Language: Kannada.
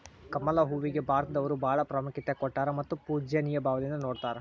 ಕಮಲ ಹೂವಿಗೆ ಭಾರತದವರು ಬಾಳ ಪ್ರಾಮುಖ್ಯತೆ ಕೊಟ್ಟಾರ ಮತ್ತ ಪೂಜ್ಯನಿಯ ಭಾವದಿಂದ ನೊಡತಾರ